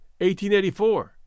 1884